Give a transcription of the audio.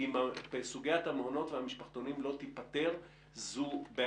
אם סוגיית המעונות הפרטיים לא תיפתר תיווצר כאן